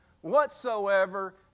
whatsoever